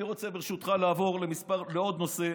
אני רוצה, ברשותך, לעבור לעוד נושא.